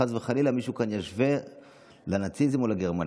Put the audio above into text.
שחס וחלילה מישהו כאן ישווה לנאציזם או לגרמנים.